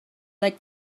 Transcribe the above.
like